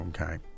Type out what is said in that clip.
Okay